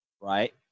right